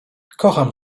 kocham